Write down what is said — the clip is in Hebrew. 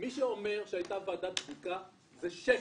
מי שאומר שהייתה ועדת בדיקה, זה שקר.